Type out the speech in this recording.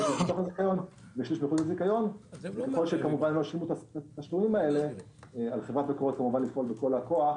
על חברת מקורות כמובן לפעול בכל הכוח